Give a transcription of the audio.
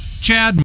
Chad